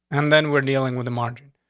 and then we're dealing with a margin.